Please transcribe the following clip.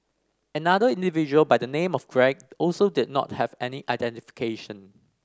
another individual by the name of Greg also did not have any identification